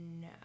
No